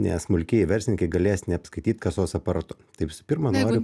nes smulkieji verslininkai galės neapskaityt kasos aparatu tai visų pirma noriu